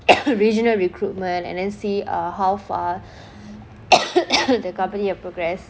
regional recruitment and then see how far the company have progressed